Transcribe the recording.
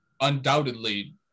undoubtedly